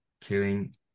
killing